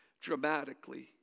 dramatically